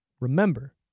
remember